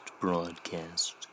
broadcast